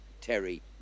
Terry